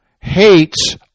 hates